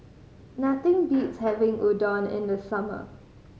nothing beats having Udon in the summer